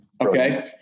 Okay